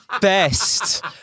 best